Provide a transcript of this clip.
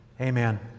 Amen